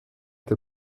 der